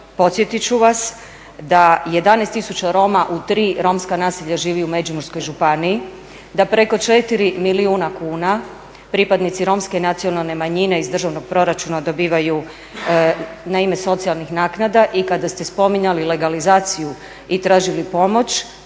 podsjetit ću vas da 11 000 Roma u tri romska naselja živi u Međimurskoj županiji, da preko 4 milijuna kuna pripadnici romske nacionalne manjine iz državnog proračuna dobivaju na ime socijalnih naknada i kada ste spominjali legalizaciju i tražili pomoć